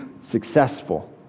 successful